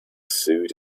suit